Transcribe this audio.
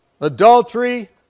adultery